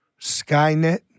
Skynet